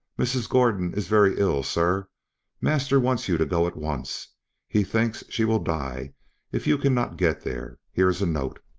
mrs. gordon is very ill, sir master wants you to go at once he thinks she will die if you cannot get there. here is a note.